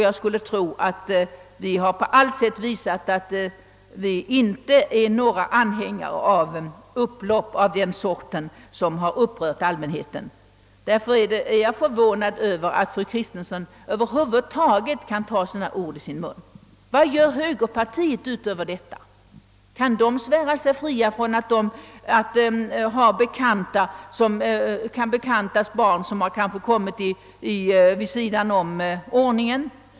Jag skulle tro att vi på allt sätt har visat att vi inte är några anhängare av upplopp av den sort som har upprört allmänheten. Därför är jag förvånad över att fru Kristensson kan yttra sig så som hon gjorde. Vad gör högerpartiet utöver detta? Kan dess medlemmar svära sig fria från att ha bekanta med barn som kanske kommit vid sidan om ordningen?